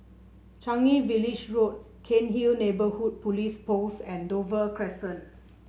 Changi Village Road Cairnhill Neighbourhood Police Post and Dover Crescent